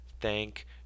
Thank